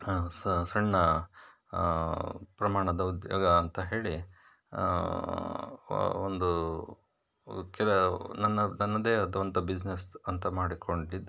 ಸ ಸಣ್ಣ ಪ್ರಮಾಣದ ಉದ್ಯೋಗ ಅಂತ ಹೇಳಿ ಒ ಒಂದು ಉದ್ಯ ನನ್ನ ನನ್ನದೇ ಆದಂಥ ಬಿಸ್ನೆಸ್ ಅಂತ ಮಾಡಿಕೊಂಡಿದ್ದು